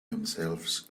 themselves